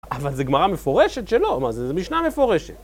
אבל זה גמרא מפורשת שלא, מה זה, זה משנה מפורשת.